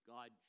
God